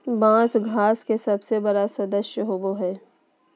बाँस घास के सबसे बड़ा सदस्य होबो हइ